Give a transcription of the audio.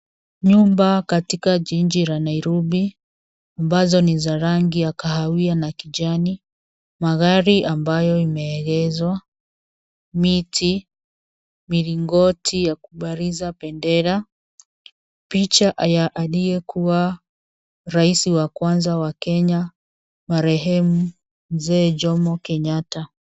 Nyumba katika jiji la nairobi ambazo ni za rangi ya kahawia na kijani magari ambayo imeegeshwa miti milingoti ya kubariza bendera picha ya aliyekua rais wa kwanza wa kenya marehemu mzee jomo kenyatta.